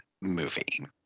movie